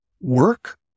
work